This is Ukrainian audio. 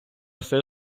все